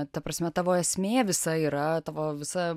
ta prasme tavo esmė visa yra tavo visa